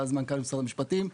אז מנכ"לית משרד המשפטים.